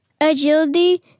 agility